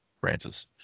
Francis